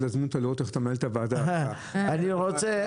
אני מבקש,